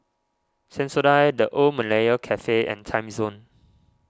Sensodyne the Old Malaya Cafe and Timezone